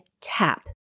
tap